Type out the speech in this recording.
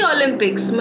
Olympics